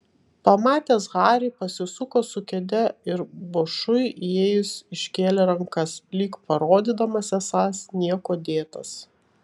pamatęs harį pasisuko su kėde ir bošui įėjus iškėlė rankas lyg parodydamas esąs niekuo dėtas